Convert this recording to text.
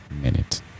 Minute